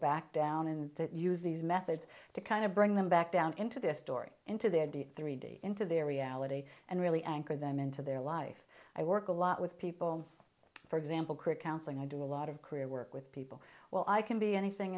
back down in that use these methods to kind of bring them back down into the story into their the three d into their reality and really anchor them into their life i work a lot with people for example crit counseling i do a lot of career work with people well i can be anything